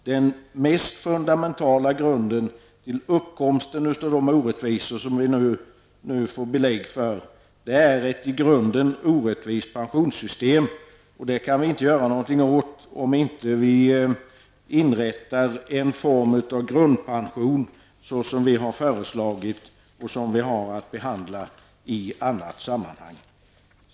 Den mest fundamentala orsaken till uppkomsten av de orättvisor som vi nu får belägg för är ett i grunden orättvist pensionssystem. Det kan vi inte göra något åt, om vi inte inrättar den form av grundpension som vi har föreslagit och som vi har att behandla i annat sammanhang.